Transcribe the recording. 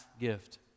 gift